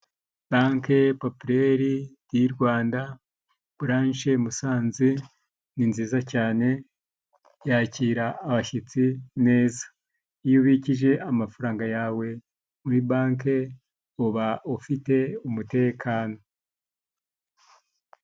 Banke Popireri y'u Rwanda, baranshe Musanze ni nziza cyane, yakira abashyitsi neza. Iyo ubikije amafaranga yawe muri banke uba ufite umutekano.